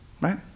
right